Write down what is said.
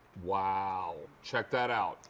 wow. check that out.